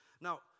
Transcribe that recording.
now